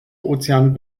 ozean